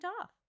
off